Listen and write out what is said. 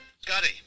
Scotty